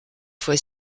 fois